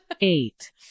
eight